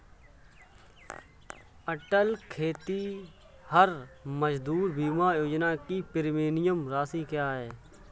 अटल खेतिहर मजदूर बीमा योजना की प्रीमियम राशि क्या है?